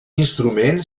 instrument